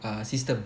uh system